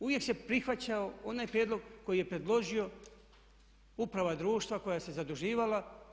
Uvijek se prihvaćao onaj prijedlog koji je predložila uprava društva koja se zaduživala.